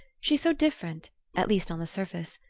she's so different at least on the surface.